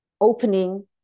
opening